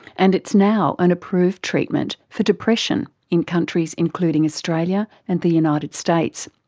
and it's now an approved treatment for depression in countries including australia and the united states.